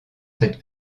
cette